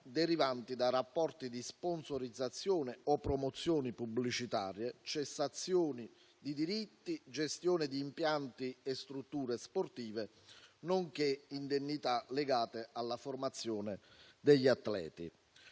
derivanti da rapporti di sponsorizzazione o promozioni pubblicitarie, cessione di diritti, gestione di impianti e strutture sportive, nonché indennità legate alla formazione degli atleti;